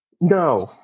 no